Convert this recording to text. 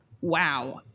wow